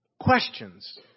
questions